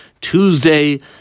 Tuesday